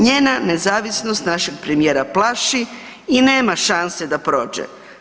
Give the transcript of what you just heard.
Njena nezavisnost našeg premijera plaši i nema šanse da prođe.